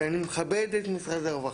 ואני מכבד את משרד הרווחה,